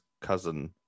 cousin